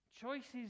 Choices